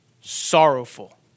sorrowful